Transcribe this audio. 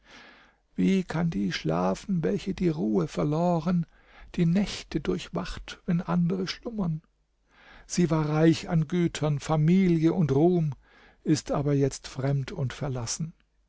wie kann die schlafen welche die ruhe verloren die nächte durchwacht wenn andere schlummern sie war reich an gütern familie und ruhm ist aber jetzt fremd und verlassen